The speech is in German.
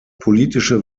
politische